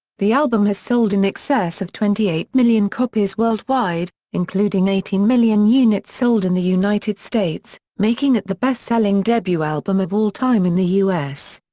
the album has sold in excess of twenty eight million copies worldwide, including eighteen million units sold in the united states, making it the best-selling debut album of all time in the u s.